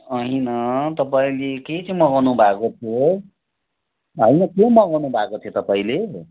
होइन तपाईँले के के मगाउनु भएको थियो होइन के मगाउनु भएको थियो तपाईँले